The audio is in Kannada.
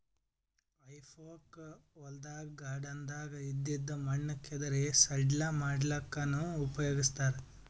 ಹೆಫೋಕ್ ಹೊಲ್ದಾಗ್ ಗಾರ್ಡನ್ದಾಗ್ ಇದ್ದಿದ್ ಮಣ್ಣ್ ಕೆದರಿ ಸಡ್ಲ ಮಾಡಲ್ಲಕ್ಕನೂ ಉಪಯೊಗಸ್ತಾರ್